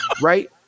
right